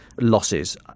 losses